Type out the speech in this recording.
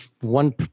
one